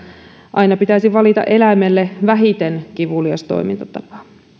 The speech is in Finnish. aina pitäisi valita eläimelle vähiten kivulias toimintatapa